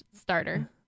starter